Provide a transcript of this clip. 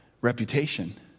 reputation